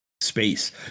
space